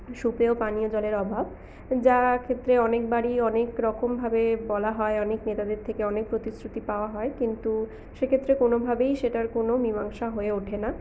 সুপেয় পানীয় জলের অভাব যার ক্ষেত্রে অনেকবারই অনেকরকম ভাবে বলা হয় অনেক নেতাদের থেকে অনেক প্রতিশ্রুতি পাওয়া হয় কিন্তু সেক্ষেত্রে কোনোভাবেই সেটার কোনো মীমাংসা হয়ে ওঠে না